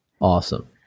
Awesome